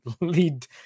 lead